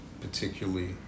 particularly